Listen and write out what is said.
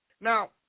Now